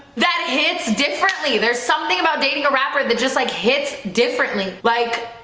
that hits differently. there's something about dating a rapper that just like hits differently like